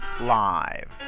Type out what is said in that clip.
live